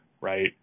right